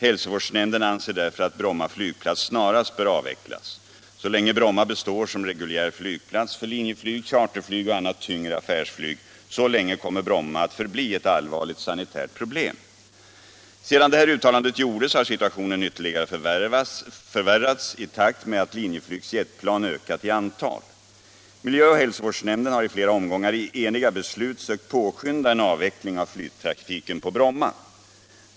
Hälsovårdsnämnden anser därför att Bromma flygplats snarast bör avvecklas. Så länge Bromma består som reguljär flygplats för Linjeflyg, charterflyg och annat tyngre affärsflyg, så länge kommer Bromma att förbli ett allvarligt sanitärt problem.” Sedan detta uttalande gjordes har situationen ytterligare förvärrats i takt med att Linjeflygs jetplan ökat i antal. Miljöoch hälsovårdsnämnden har i flera omgångar i eniga beslut sökt påskynda en avveckling av flygtrafiken på Bromma.